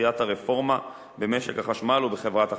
דחיית הרפורמה במשק החשמל ובחברת החשמל.